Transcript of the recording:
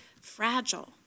fragile